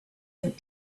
that